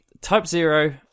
Type-Zero